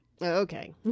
okay